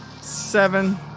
Seven